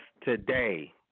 today